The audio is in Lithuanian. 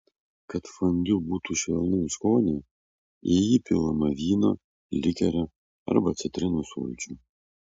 kad fondiu būtų švelnaus skonio į jį pilama vyno likerio arba citrinų sulčių